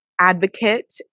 advocate